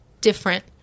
different